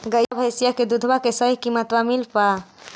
गईया भैसिया के दूधबा के सही किमतबा मिल पा?